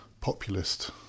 populist